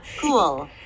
Cool